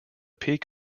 peak